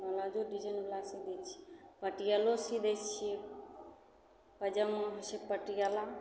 ब्लाउजो डिजाइनवला सी दै छियै पटियालो सी दै छियै पैजामा होइ छै पटियाला